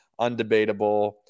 undebatable